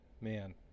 Man